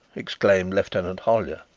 exclaimed lieutenant hollyer,